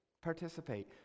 participate